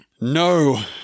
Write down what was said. No